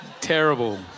terrible